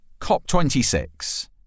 COP26